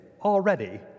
already